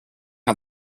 how